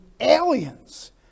aliens